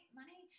money